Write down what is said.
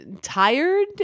tired